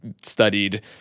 studied